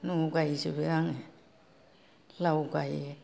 न'आव गाइजोबो आं लाव गाइयो